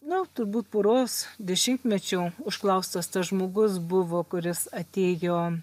na turbūt poros dešimtmečių užklaustas tas žmogus buvo kuris atėjo